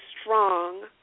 strong